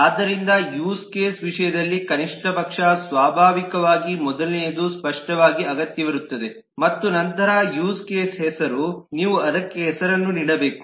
ಆದ್ದರಿಂದ use case ವಿಷಯದಲ್ಲಿ ಕನಿಷ್ಟಪಕ್ಷ ಸ್ವಾಭಾವಿಕವಾಗಿ ಮೊದಲನೆಯದು ಸ್ಪಷ್ಟವಾಗಿ ಅಗತ್ಯವಿರುತ್ತದೆ ಮತ್ತು ನಂತರ ಯೂಸ್ ಕೇಸ್ ಹೆಸರು ನೀವು ಅದಕ್ಕೆ ಹೆಸರನ್ನು ನೀಡಬೇಕು